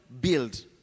build